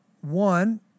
One